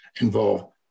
involved